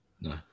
No